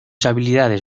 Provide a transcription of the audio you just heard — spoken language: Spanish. habilidades